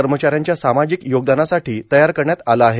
कर्मचाऱ्याच्या सामाजिक योगदानासाठी तयार करण्यात आले आहे